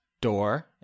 door